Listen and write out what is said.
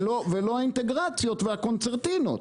ולא האינטגרציות והקונצרטינות.